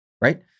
Right